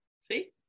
See